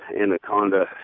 Anaconda